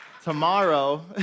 Tomorrow